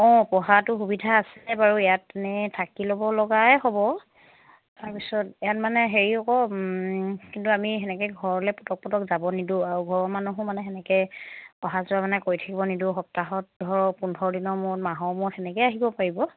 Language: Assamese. অঁ পঢ়াটো সুবিধা আছে বাৰু ইয়াত এনেই থাকি ল'ব লগাই হ'ব তাৰপিছত ইয়াত মানে হেৰি আকৌ কিন্তু আমি সেনেকৈ ঘৰলৈ পটক পটক যাব নিদিওঁ আৰু ঘৰৰ মানুহো মানে সেনেকৈ অহা যোৱা মানে কৰি থাকিব নিদিওঁ সপ্তাহত ধৰক পোন্ধৰ দিনৰ মূৰত মাহৰ মূৰত সেনেকৈয়ে আহিব পাৰিব